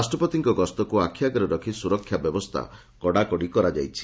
ରାଷ୍ଟ୍ରପତିଙ୍କ ଗସ୍ତକୁ ଆଖିଆଗରେ ରଖି ସୁରକ୍ଷା ବ୍ୟବସ୍ଥା କଡାକଡି କରାଯାଇଛି